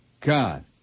God